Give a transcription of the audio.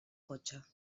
cotxe